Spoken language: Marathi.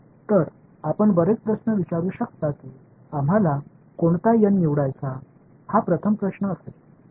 तर आपण बरेच प्रश्न विचारू शकता की आम्हाला कोणता एन निवडायचा हा प्रथम प्रश्न असेल बरोबर